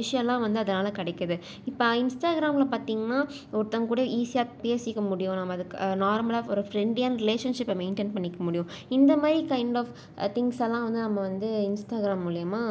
விஷயம்லாம் வந்து அதனால் கிடைக்கிது இப்போ இன்ஸ்டாகிராமில் பார்த்திங்கன்னா ஒருத்தங்க கூட ஈசியாக பேசிக்க முடியும் நம்ம அதுக்கு நார்மலாக ஒரு ஃப்ரெண்ட்லியான ரிலேஷன்ஷிப்பை மெயிண்டன் பண்ணிக்க முடியும் இந்த மாதிரி கைன்ட் ஆஃப் திங்ஸ் எல்லாம் வந்து நம்ம வந்து இன்ஸ்டாகிராம் மூலிமா